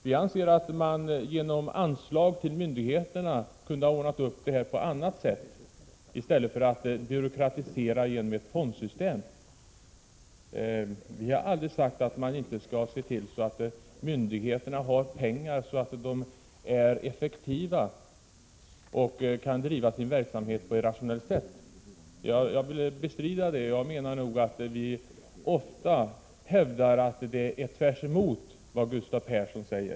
Vi anser i centerpartiet att det kunde ha ordnats genom ett anslag till myndigheterna i stället för denna byråkratisering genom ett fondsystem. Vi har aldrig sagt att man inte skall se till att myndigheterna har pengar så att de är effektiva och kan driva sin verksamhet på ett rationellt sätt. Vi hävdar ofta att det är tvärtemot vad Gustav Persson säger.